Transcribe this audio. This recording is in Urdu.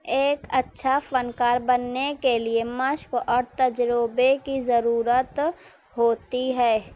ایک اچھا فنکار بننے کے لئے مشق اور تجربے کی ضرورت ہوتی ہے